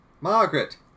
Margaret